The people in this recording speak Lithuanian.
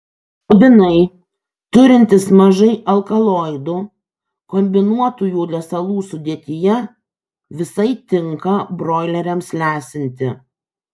lubinai turintys mažai alkaloidų kombinuotųjų lesalų sudėtyje visai tinka broileriams lesinti